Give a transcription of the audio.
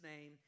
name